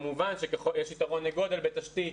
כמובן, יש יתרון לגודל ולתשתית.